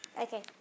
Okay